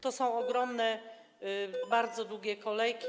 To są ogromne, bardzo długie kolejki.